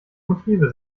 motive